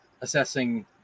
assessing